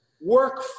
Work